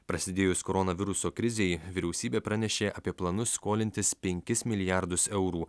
prasidėjus koronaviruso krizei vyriausybė pranešė apie planus skolintis penkis milijardus eurų